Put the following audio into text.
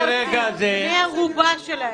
מרגע זה --- הסטודנטים פשוט בני ערובה שלהם.